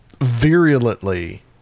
virulently